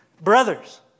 brothers